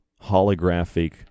holographic